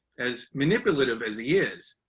as manipulative as he is,